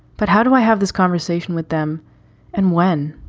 but how do i have this conversation with them and when?